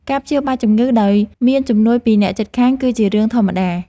ការព្យាបាលជំងឺដោយមានជំនួយពីអ្នកជិតខាងគឺជារឿងធម្មតា។